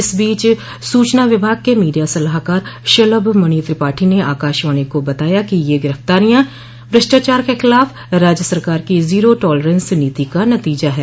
इस बीच सूचना विभाग के मीडिया सलाहकार शलभमणि त्रिपाठी ने आकाशवाणी को बताया कि यह गिरफ़्तारियां भ्रष्टाचार के खिलाफ राज्य सरकार की जीरो टॉलरेंस नीति का नतीजा है